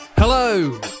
Hello